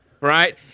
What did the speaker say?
right